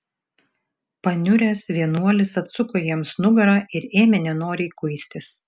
paniuręs vienuolis atsuko jiems nugarą ir ėmė nenoriai kuistis